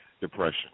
depression